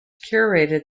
curated